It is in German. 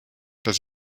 dass